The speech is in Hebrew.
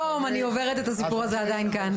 אני כל יום אני עוברת את הסיפור הזה עדיין כאן.